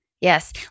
Yes